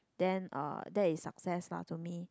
then uh that is success lah to me